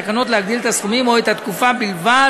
בתקנות את הסכומים או את התקופה בלבד,